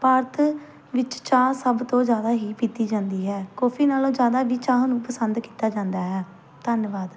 ਭਾਰਤ ਵਿੱਚ ਚਾਹ ਸਭ ਤੋਂ ਜ਼ਿਆਦਾ ਹੀ ਪੀਤੀ ਜਾਂਦੀ ਹੈ ਕੌਫੀ ਨਾਲੋਂ ਜ਼ਿਆਦਾ ਵੀ ਚਾਹ ਨੂੰ ਪਸੰਦ ਕੀਤਾ ਜਾਂਦਾ ਹੈ ਧੰਨਵਾਦ